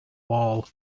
wall